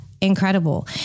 Incredible